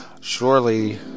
Surely